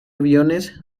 aviones